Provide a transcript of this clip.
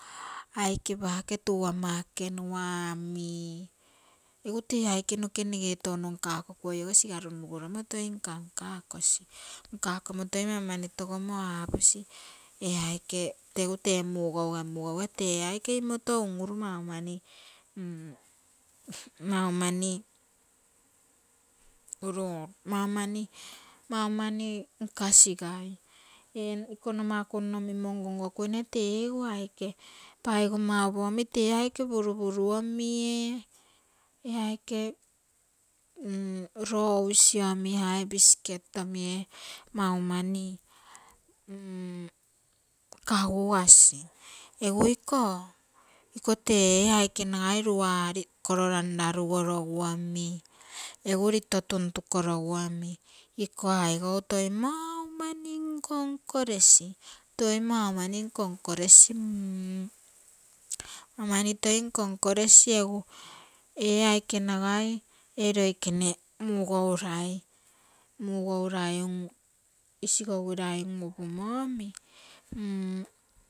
Aike pake tuu ama ekenua omi ego tee aike noke nege touno nkakokuoiogo siga runrugoromo toi nka nka gosi nkakomo toi mau mani togomo aaposi ee aike tegu tee, mugoue, mugoue tee aike imoto un-uruu mau mani, mau mani, mau mani nkasi gai, ikonoma ku nno mimo ngo ngo kuine tee ego aike paigomma opo omi tee aike purupuru omie ee aike roge omi, ete biscuit omie mau mani kagukasi egu iko, iko tee ee aike nagai lua kororam ragugorogu omi, egu lito tuntukorogu omi iko aigou toi mau mani nko nko resi toi mau mani nko nko resi, ama mani toi nko nko resi egu ee aike nagai ee loikene mugourai, mugourai isigougirai un-upumo omi.